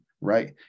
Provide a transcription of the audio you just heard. right